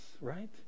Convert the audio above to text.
right